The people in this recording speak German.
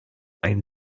ein